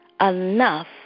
enough